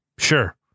Sure